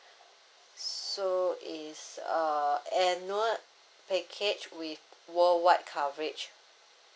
so is uh annual package with worldwide coverage